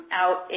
out